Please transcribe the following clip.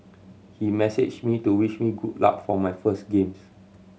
he messaged me to wish me good luck for my first games